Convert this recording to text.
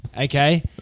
okay